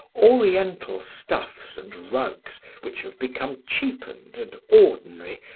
oriental stuffs and rugs which have become cheapened and ordinary,